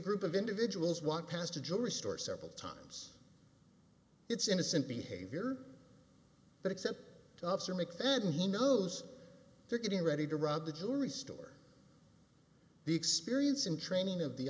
group of individuals walk past a jewelry store several times it's innocent behavior but except to officer mcfadden he knows they're getting ready to rob the jewelry store the experience and training of the